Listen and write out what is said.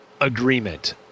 agreement